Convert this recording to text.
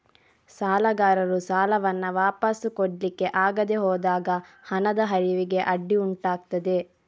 ಸಾಲಗಾರರು ಸಾಲವನ್ನ ವಾಪಸು ಕೊಡ್ಲಿಕ್ಕೆ ಆಗದೆ ಹೋದಾಗ ಹಣದ ಹರಿವಿಗೆ ಅಡ್ಡಿ ಉಂಟಾಗ್ತದೆ